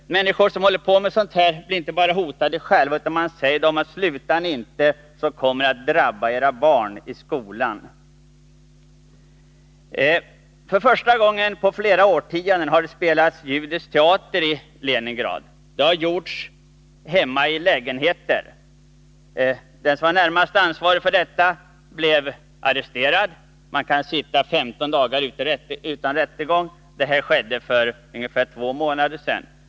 Människor som håller på med sådant här blir inte bara hotade själva, utan det sägs till dem, att slutar ni inte kommer det att drabba era barn i skolan. För första gången på flera årtionden har det i vintras spelats judisk teater i Leningrad. Det har gjorts hemma i lägenheter. Den som var närmast ansvarig för detta blev arresterad. Man kan få sitta i 15 dagar utan rättegång. Det här skedde för en dryg månad sedan.